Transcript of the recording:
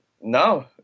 No